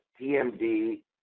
TMD